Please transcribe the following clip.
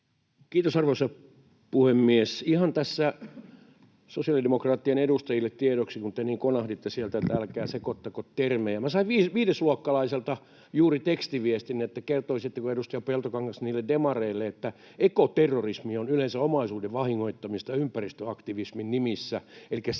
Kiitos, arvoisa puhemies! Ihan tässä sosiaalidemokraattien edustajille tiedoksi, kun te niin konahditte sieltä, että älkää sekoittako termejä: minä sain viidesluokkalaiselta juuri tekstiviestin, että kertoisitteko, edustaja Peltokangas, niille demareille, että ekoterrorismi on yleensä omaisuuden vahingoittamista ympäristöaktivismin nimissä. Elikkä